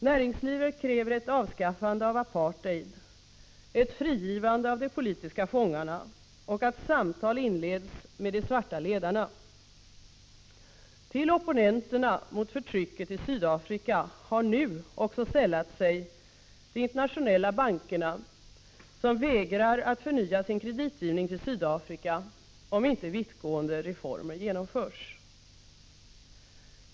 Näringslivet kräver att apartheid avskaffas, att de politiska fångarna friges och att samtal inleds med de svarta ledarna. Till opponenterna mot förtrycket i Sydafrika har nu även de internationella bankerna sällat sig, som vägrar att förnya sin kreditgivning till Sydafrika om inte vittgående reformer genomförs.